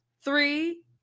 three